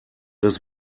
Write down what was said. das